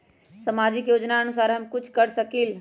सामाजिक योजनानुसार हम कुछ कर सकील?